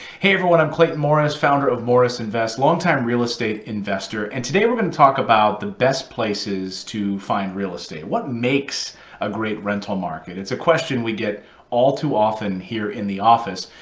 hey everyone. i'm clayton morris, founder of morris invest, long time real estate investor. and today we're going to talk about the best places to find real estate. what makes a great rental market? it's a question we get all too often here in the office,